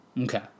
Okay